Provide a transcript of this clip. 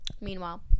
Meanwhile